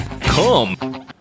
come